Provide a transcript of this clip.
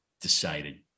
decided